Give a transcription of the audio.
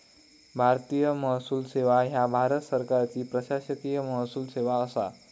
भारतीय महसूल सेवा ह्या भारत सरकारची प्रशासकीय महसूल सेवा असा